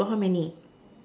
you got how many